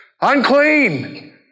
unclean